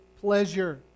pleasure